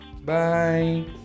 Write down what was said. Bye